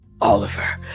Oliver